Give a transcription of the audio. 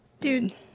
Dude